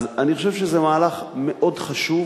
אז אני חושב שזה מהלך מאוד חשוב,